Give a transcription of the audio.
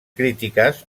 crítiques